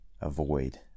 avoid